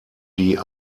die